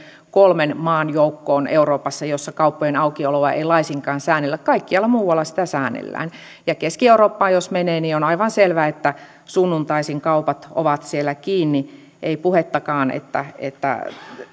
kolmen maan joukkoon euroopassa joissa kauppojen aukioloa ei laisinkaan säännellä kaikkialla muualla sitä säännellään ja keski eurooppaan jos menee niin on aivan selvää että sunnuntaisin kaupat ovat siellä kiinni ei puhettakaan että että